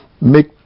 make